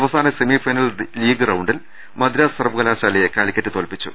അവസാന semifinal league റൌണ്ടിൽ മദ്രാസ് സർവകലാശാലയെ കാലിക്കറ്റ് തോൽപ്പിച്ചു